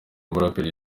umuraperi